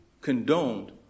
condoned